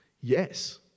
Yes